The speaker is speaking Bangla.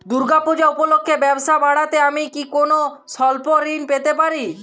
দূর্গা পূজা উপলক্ষে ব্যবসা বাড়াতে আমি কি কোনো স্বল্প ঋণ পেতে পারি?